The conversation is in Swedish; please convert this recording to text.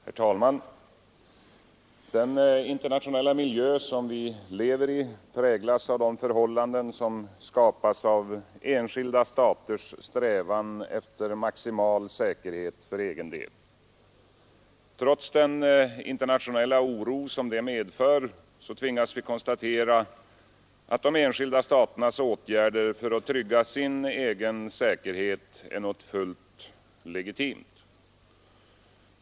Herr talman! Den internationella miljö som vi lever i präglas av de förhållanden som skapas av enskilda staters strävan efter maximal säkerhet för egen del. Trots den internationella oro som detta medför tvingas vi konstatera att de enskilda staternas åtgärder för att trygga sin egen säkerhet är något fullt legitimt.